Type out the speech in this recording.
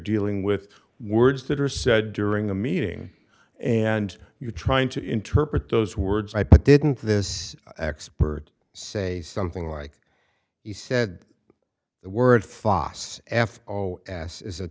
dealing with words that are said during the meeting and you're trying to interpret those words i didn't this expert say something like he said the word fos f o s is a